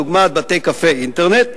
דוגמת בתי-קפה אינטרנט,